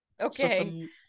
Okay